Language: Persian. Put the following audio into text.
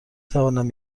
توانم